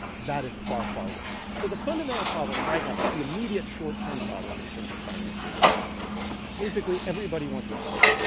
that is far, far worse so the fundamental problem right now like, the immediate, short-term problem, in terms of finance, is basically everybody wants money.